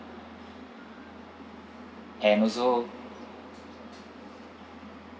and also